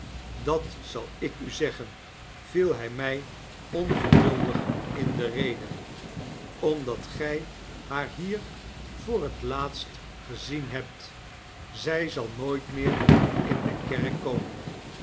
dat zal ik u zeggen viel hij my ongeduldig in de rede omdat gy haar hier voor het laatst gezien hebt zy zal nooit meer in de kerk komen